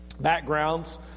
backgrounds